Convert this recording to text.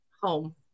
home